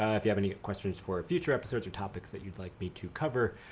ah if you have any questions for future episodes or topics that you'd like me to cover,